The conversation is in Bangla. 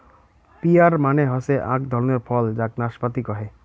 পিয়ার মানে হসে আক ধরণের ফল যাক নাসপাতি কহে